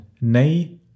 Nay